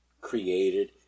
created